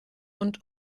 und